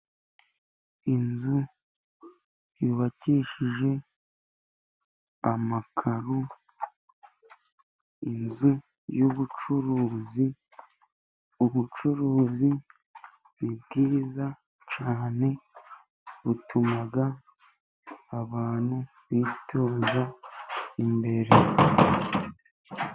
Inzu yubakishije amakaro, inzu y'ubucuruzi, ubucuruzi ni bwiza cyane, butuma abantu biteza imbere.